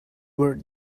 were